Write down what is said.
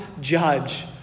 judge